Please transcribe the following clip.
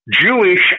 Jewish